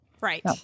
Right